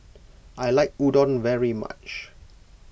I like Udon very much